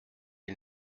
ils